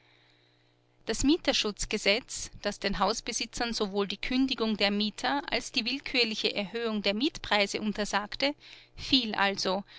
das mieterschutzgesetz das den hausbesitzern sowohl die kündigung der mieter als die willkürliche erhöhung der mietpreise untersagte fiel also